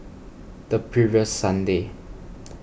the previous Sunday